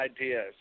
ideas